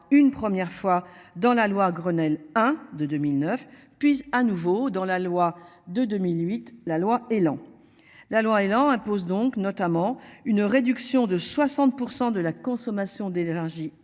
une première fois dans la loi Grenelle 1 de 2009 puisse à nouveau dans la loi de 2008, la loi Elan. La loi Elan impose donc notamment une réduction de 60% de la consommation des